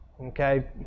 Okay